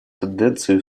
тенденцию